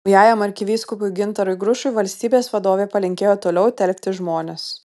naujajam arkivyskupui gintarui grušui valstybės vadovė palinkėjo toliau telkti žmones